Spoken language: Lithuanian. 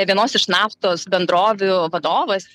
vienos iš naftos bendrovių vadovas